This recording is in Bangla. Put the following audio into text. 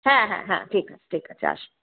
হ্যাঁ হ্যাঁ হ্যাঁ ঠিক আছে ঠিক আছে আসুন